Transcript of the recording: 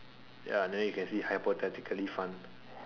ya then you can see hypothetically fun